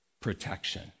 protection